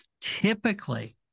typically